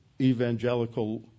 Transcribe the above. evangelical